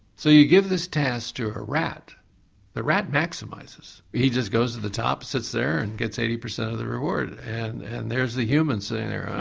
so you give this test to a rat the rat maximises, he just goes to the top and sits there and gets eighty percent of the reward and and there's the human sitting there.